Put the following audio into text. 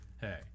hey